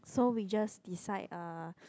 so we just decide uh